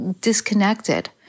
disconnected